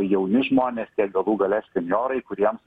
jauni žmonės jie galų gale norai kuriems